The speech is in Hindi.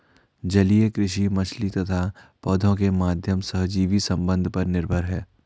जलीय कृषि मछली तथा पौधों के माध्यम सहजीवी संबंध पर निर्भर है